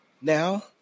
now